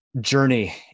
journey